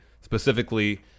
specifically